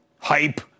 hype